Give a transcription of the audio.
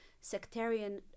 sectarian